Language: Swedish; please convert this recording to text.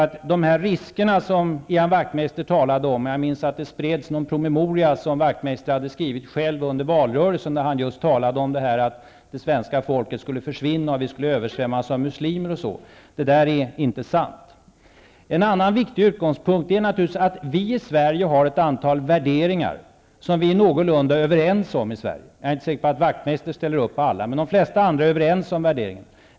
Talet om risken för att det svenska folket skulle försvinna och vi skulle översvämmas av muslimer är inte sant. Det spreds en promemoria under valrörelsen som Ian Wachtmeister själv hade skrivit där man talade om detta. En annan viktig utgångspunkt är naturligtvis att vi i Sverige har ett antal värderingar som vi är någorlunda överens om i Sverige. Jag är inte säker på att Ian Wachtmeister ställer upp på alla, men de flesta andra är överens om dessa värderingar.